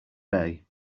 bay